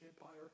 Empire